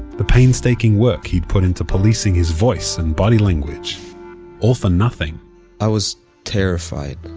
the painstaking work he'd put into policing his voice and body language all for nothing i was terrified.